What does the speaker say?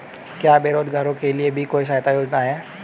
क्या बेरोजगारों के लिए भी कोई सहायता योजना है?